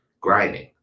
grinding